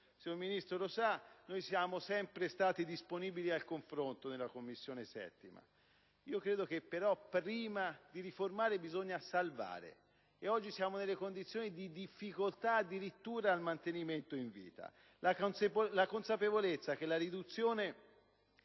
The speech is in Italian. signor Ministro lo sa, noi siamo sempre stati disponibili al confronto nella 7a Commissione, però ritengo che, prima di riformare, bisogna salvare. E oggi siamo in condizioni di difficoltà addirittura per il mantenimento in vita. La consapevolezza che la riduzione